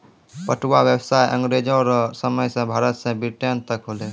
पटुआ व्यसाय अँग्रेजो रो समय से भारत से ब्रिटेन तक होलै